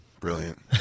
Brilliant